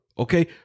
Okay